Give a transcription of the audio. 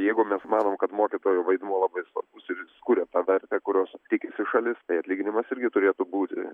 jeigu mes manom kad mokytojo vaidmuo labai svarbus ir jis sukuria tą vertę kurios tikisi šalis tai atlyginimas irgi turėtų būti